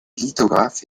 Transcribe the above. lithographe